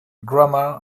grammar